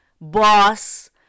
boss